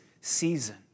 season